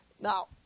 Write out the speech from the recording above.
Now